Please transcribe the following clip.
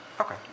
Okay